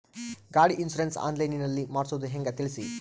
ಗಾಡಿ insurance online ನಲ್ಲಿ ಮಾಡ್ಸೋದು ಹೆಂಗ ತಿಳಿಸಿ?